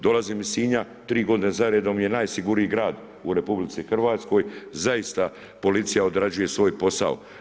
Dolazim iz Sinja, 3 g. zaredom, je najsigurniji grad u RH, zaista, policija odrađuje svoj posao.